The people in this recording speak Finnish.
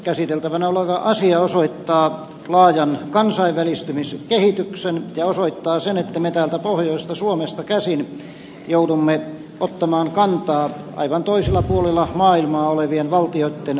käsiteltävänä oleva asia osoittaa laajan kansainvälistymiskehityksen ja osoittaa sen että me täältä pohjoisesta suomesta käsin joudumme ottamaan kantaa aivan toisella puolella maailmaa olevien valtioitten asioihin